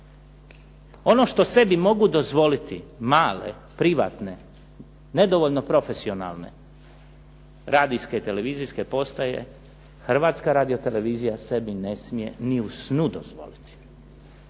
Ono što sebi mogu dozvoliti male, privatne, nedovoljno profesionalne radijske i televizijske postaje Hrvatska radiotelevizija sebi ne smije ni u snu dozvoliti.